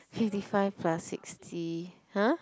fifty five plus sixty !huh!